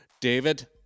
David